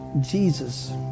Jesus